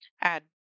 Add